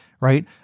right